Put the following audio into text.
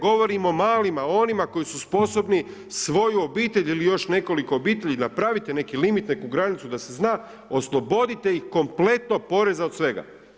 Govorim o malima, onima koji su sposobni svoju obitelj ili još nekoliko obitelji, napravite neki limit, neku granicu da se zna, oslobodite ih kompletno poreza od svega.